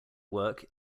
work